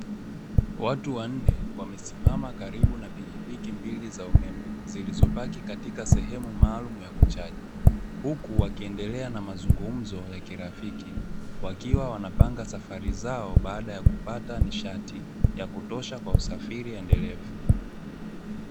Watu wanne wamesimama karibu na pikipiki mbili za umeme zilizopaki katika sehemu maalumu ya kuchaji. Huku wakiendelea na mazungumzo ya kirafiki, wakiwa wanapanga safari zao baada ya kupata nishati, ya kutosha kwa usafiri mendelevu.